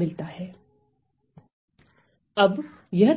मिलता है